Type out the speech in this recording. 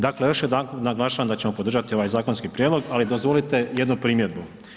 Dakle još jedanput naglašavam da ćemo podržati ovaj zakonski prijedlog ali dozvolite jednu primjedbu.